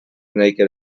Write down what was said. naked